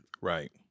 Right